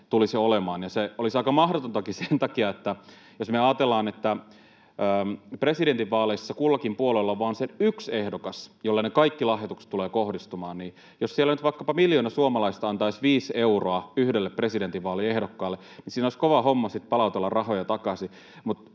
tulisi olemaan, ja se olisi aika mahdotontakin sen takia, että jos me ajatellaan, että presidentinvaaleissa kullakin puolueella on vain se yksi ehdokas, jolle ne kaikki lahjoitukset tulee kohdistumaan, niin jos siellä nyt vaikkapa miljoona suomalaista antaisi viisi euroa yhdelle presidentinvaaliehdokkaalle, niin siinä olisi kova homma sitten palautella rahoja takaisin,